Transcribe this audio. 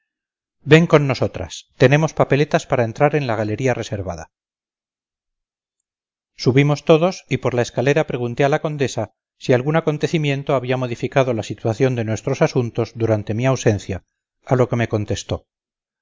ven con nosotras tenemos papeletas para entrar en la galería reservada subimos todos y por la escalera pregunté a la condesa si algún acontecimiento había modificado la situación de nuestros asuntos durante mi ausencia a lo que me contestó